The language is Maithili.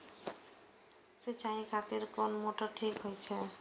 सीचाई खातिर कोन मोटर ठीक होते?